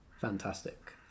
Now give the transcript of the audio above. Fantastic